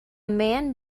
man